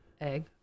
egg